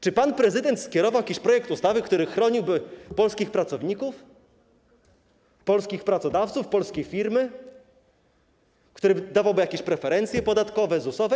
Czy pan prezydent skierował jakiś projekt ustawy, który chroniłby polskich pracowników, polskich pracodawców, polskie firmy, który dawałby jakieś preferencje podatkowe, ZUS-owskie?